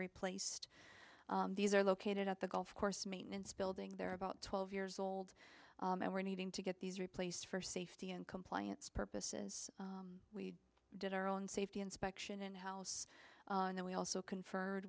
replaced these are located at the golf course maintenance building they're about twelve years old and we're needing to get these replaced for safety and compliance purposes we did our own safety inspection in house and then we also confer